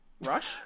Rush